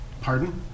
Pardon